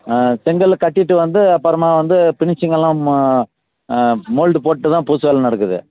ஆ செங்கல் கட்டிவிட்டு வந்து அப்புறமா வந்து பினிஷிங்களாம் மோல்டு போட்டுதான் பூசு வேலை நடக்குது